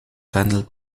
handled